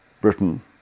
Britain